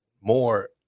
more